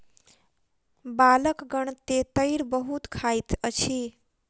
बालकगण तेतैर बहुत खाइत अछि